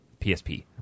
PSP